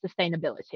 sustainability